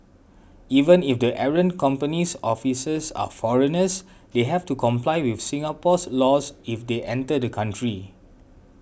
even if the errant company's officers are foreigners they have to comply with Singapore's laws if they enter the country